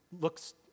looks